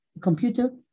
computer